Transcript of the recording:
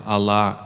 Allah